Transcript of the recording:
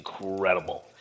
incredible